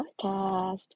podcast